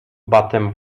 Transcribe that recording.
batem